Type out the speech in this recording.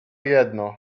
jedno